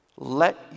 let